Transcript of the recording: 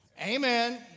Amen